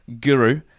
guru